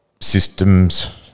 systems